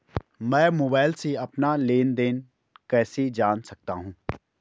मैं मोबाइल से अपना लेन लेन देन कैसे जान सकता हूँ?